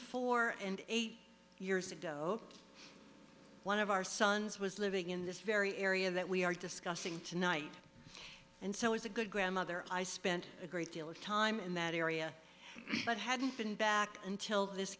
four and eight years ago one of our sons was living in this very area that we are discussing tonight and so is a good grandmother i spent a great deal of time in that area but hadn't been back until this